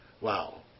Wow